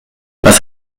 was